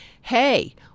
hey